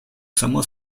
само